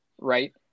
right